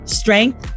strength